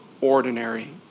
ordinary